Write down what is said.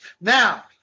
Now